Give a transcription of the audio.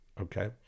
okay